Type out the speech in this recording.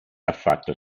affatto